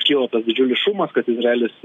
kilo tas didžiulis šumas kad izraelis